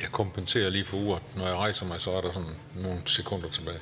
Jeg kommenterer lige tiden: Når jeg rejser mig, er der nogle sekunder tilbage.